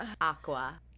aqua